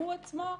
הוא עצמו,